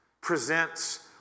presents